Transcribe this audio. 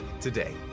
today